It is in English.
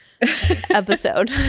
episode